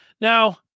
now